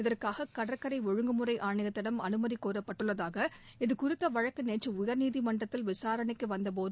இதற்காக கடற்கரை ஒழுங்குமுறை ஆணையத்திடம் அனுமதி கோரப்பட்டுள்ளதாகவும் இதுகுறித்த வழக்கு நேற்று உயர்நீதிமன்றத்தில் விசாரணைக்கு வந்த போது